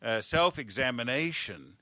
self-examination